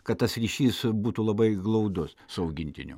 kad tas ryšys būtų labai glaudus su augintiniu